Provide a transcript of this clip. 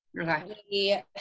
okay